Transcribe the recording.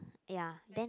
ya then